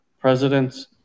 Presidents